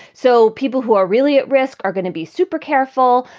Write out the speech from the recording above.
so people who are really at risk are going to be super careful.